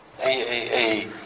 AAA